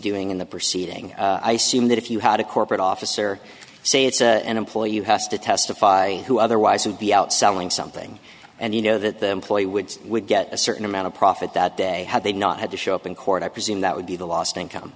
doing in the proceeding i seem that if you had a corporate officer say it's an employee yes to testify who otherwise would be out selling something and you know that the employee would would get a certain amount of profit that day had they not had to show up in court i presume that would be the last thing come